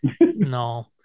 No